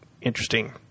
interesting